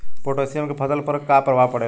Potassium के फसल पर का प्रभाव पड़ेला?